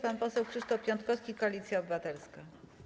Pan poseł Krzysztof Piątkowski, Koalicja Obywatelska.